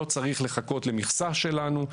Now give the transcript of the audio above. לא צריך לחכות למכסה שלנו,